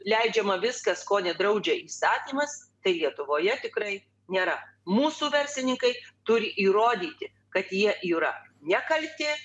leidžiama viskas ko nedraudžia įstatymas tai lietuvoje tikrai nėra mūsų verslininkai turi įrodyti kad jie yra nekalti